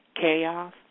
chaos